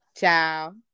Ciao